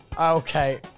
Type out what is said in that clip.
okay